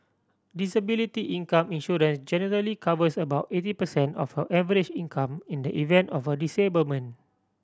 disability income insurance generally covers about eighty percent of her average income in the event of a disablement